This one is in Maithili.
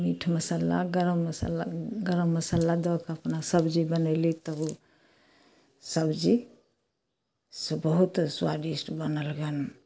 मीट मसल्ला गरम मसल्ला गरम मसल्ला दऽकऽ अपना सब्जी बनेली तब ओ सब्जी से बहुत स्वादिष्ट बनल जानु